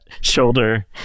shoulder